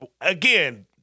again